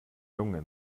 jungen